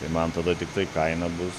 ir man tada tiktai kaina bus